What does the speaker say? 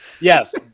Yes